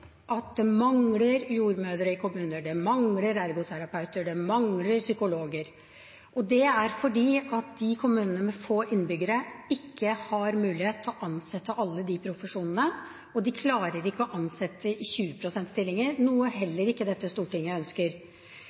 at det mangler jordmødre i kommuner, det mangler ergoterapeuter, det mangler psykologer. Det er fordi kommuner med få innbyggere ikke har mulighet til å ansette i alle de profesjonene, og de klarer ikke å ansette i 20 pst.-stillinger, noe heller ikke dette stortinget ønsker.